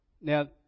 Now